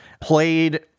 played